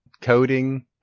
coding